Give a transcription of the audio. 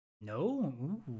No